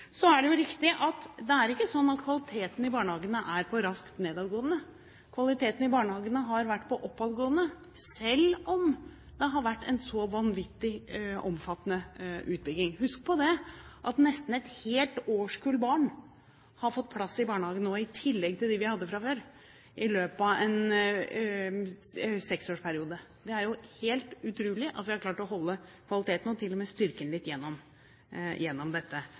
Så er det jo ikke riktig at kvaliteten i barnehagene er for – raskt – nedadgående. Kvaliteten i barnehagene har vært for oppadgående, selv om det har vært en vanvittig omfattende utbygging. Husk på at nesten et helt årskull barn nå har fått plass i barnehagene, i tillegg til dem vi hadde fra før, i løpet av en seksårsperiode. Det er jo helt utrolig at vi har klart å holde kvaliteten og til og med styrke den litt gjennom dette.